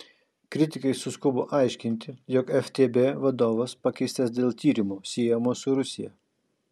kritikai suskubo aiškinti jog ftb vadovas pakeistas dėl tyrimo siejamo su rusija